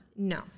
No